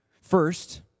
First